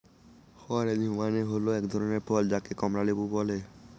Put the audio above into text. orange মানে হল এক ধরনের ফল যাকে কমলা লেবু বলে